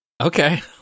Okay